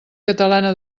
catalana